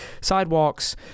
sidewalks